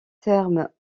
terme